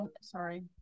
sorry